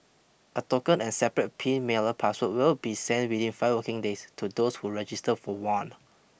a token and separate pin mailer password will be sent within five working days to those who register for one